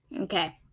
Okay